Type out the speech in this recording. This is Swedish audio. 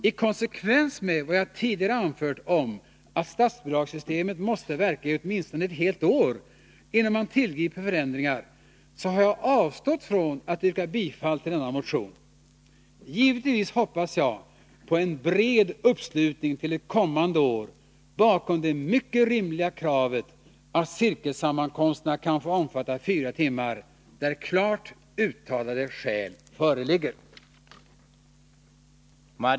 I konsekvens med vad jag tidigare har anfört om att statsbidragssystemet måste verka i åtminstone ett helt år innan man tillgriper förändringar, har jag avstått från att yrka bifall till denna motion. Givetvis hoppas jag på en bred uppslutning till ett kommande år bakom det mycket rimliga kravet att cirkelsammankomsterna kan få omfatta fyra timmar, där klart uttalade skäl föreligger.